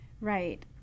Right